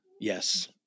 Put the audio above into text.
Yes